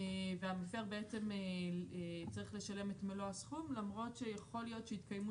והמפר בעצם צריך לשלם את מלוא הסכום למרות שיכול להיות שיתקיימו